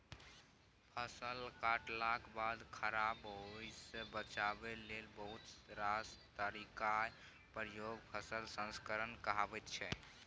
फसल कटलाक बाद खराब हेबासँ बचाबै लेल बहुत रास तरीकाक प्रयोग फसल संस्करण कहाबै छै